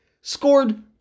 scored